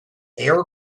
air